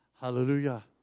Hallelujah